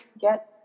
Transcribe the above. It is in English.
get